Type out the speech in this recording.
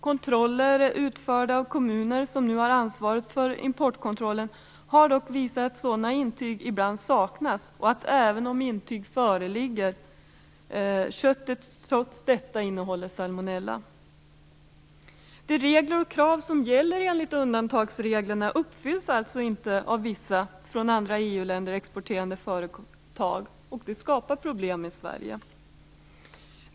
Kontroller utförda av kommuner, vilka nu har ansvaret för importkontrollen, har dock visat att sådana intyg ibland saknas och att köttet även om intyg föreligger trots detta kan innehålla salmonella. De regler och krav som gäller enligt undantagsreglerna uppfylls alltså inte av vissa från andra EU-länder exporterande företag, och det skapar problem i Sverige.